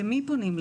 למי פונים?